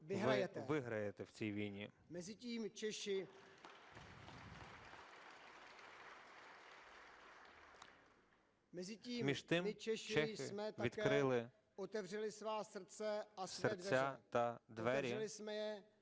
виграєте в цій війні. Між тим, чехи відкрили серця та двері.